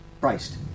Christ